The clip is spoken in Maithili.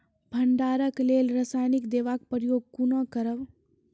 भंडारणक लेल रासायनिक दवेक प्रयोग कुना करव?